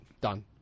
done